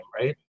right